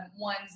One's